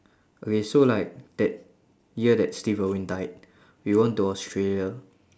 okay so like that year that steve irvin died we went to australia